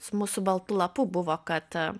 su mūsų baltu lapu buvo kad